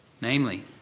namely